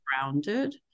grounded